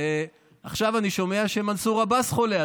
עכשיו אני שומע שמנסור עבאס חולה,